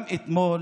גם אתמול